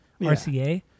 RCA